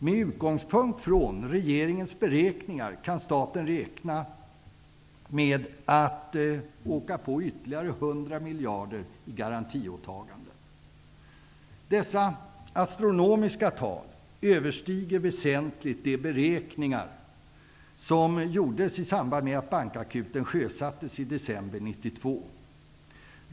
Med utgångspunkt från regeringens beräkningar kan staten räkna med att åka på ytterligare 100 miljarder i garantiåtagande. Dessa astronomiska tal överstiger väsentligt de beräkningar som gjordes i samband med att bankakuten sjösattes i december 1992.